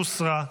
הוסרה.